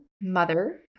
mother